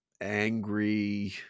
angry